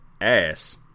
ass